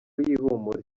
y’ihumure